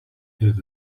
has